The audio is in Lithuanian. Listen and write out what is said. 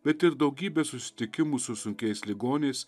bet ir daugybė susitikimų su sunkiais ligoniais